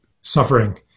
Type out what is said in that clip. suffering